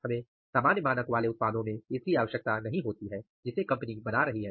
हमें सामान्य मानक वाले उत्पादों में इसकी आवश्यकता नहीं है जिसे कंपनी बना रही है